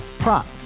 Prop